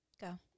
Go